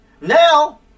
Now